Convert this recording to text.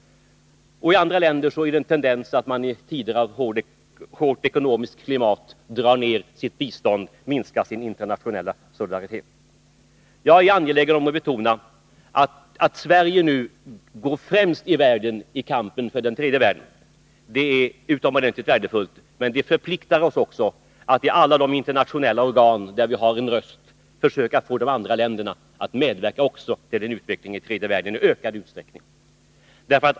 I andra länder finns en tendens att man i tider av hårt ekonomiskt klimat drar ner sitt bistånd och minskar sin internationella solidaritet. Jag är angelägen om att betona att Sverige nu är främst i världen när det gäller kampen för bättre villkor i den tredje världen. Detta förpliktar oss även att i alla de internationella organ där vi har en röst försöka få också de andra länderna att i ökad utsträckning medverka till en utveckling i tredje världen.